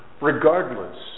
Regardless